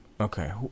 Okay